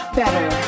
better